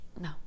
No